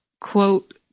quote